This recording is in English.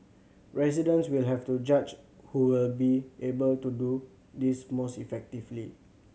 residents will have to judge who will be able to do this most effectively